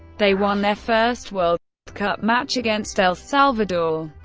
they won their first world cup match, against el salvador.